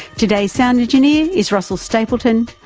today's sound engineer is russell stapleton,